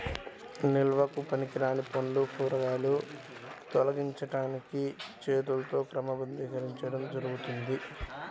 నిల్వకు పనికిరాని పండ్లు, కూరగాయలను తొలగించడానికి చేతితో క్రమబద్ధీకరించడం జరుగుతుంది